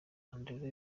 andrzej